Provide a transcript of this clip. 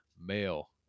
male